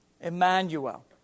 Emmanuel